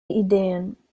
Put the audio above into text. ideen